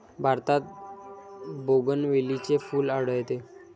भारतात बोगनवेलीचे फूल आढळते